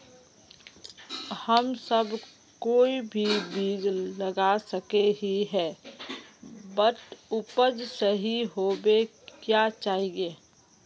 हम सब कोई भी बीज लगा सके ही है बट उपज सही होबे क्याँ चाहिए?